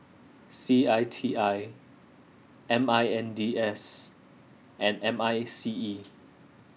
C I T I M I N D S and M I C E